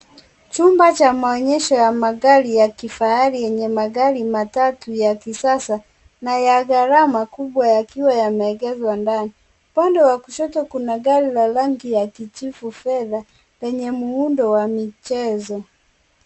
Chumba cha maonyesho ya magari ya kifahari, yenye magari matatu ya kisasa na ya gharama kubwa, yakiwa yameegeshwa ndani. Upande wa kushoto, kuna gari la rangi ya kijivu fedha, lenye muundo wa michezo.